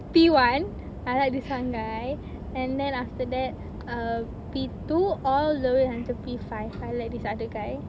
P one I like this one guy and then after that err P two all the way until P five I like this other guy